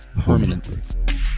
permanently